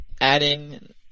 adding